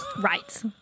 Right